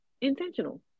intentional